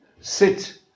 sit